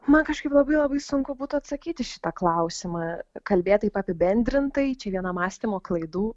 man kažkaip labai labai sunku būtų atsakyti į šitą klausimą kalbėt taip apibendrintai čia viena mąstymo klaidų